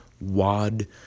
wad